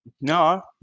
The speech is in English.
No